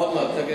עוד מעט.